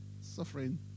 suffering